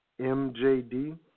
MJD